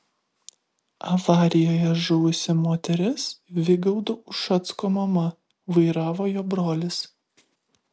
avarijoje žuvusi moteris vygaudo ušacko mama vairavo jo brolis